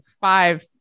five